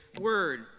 word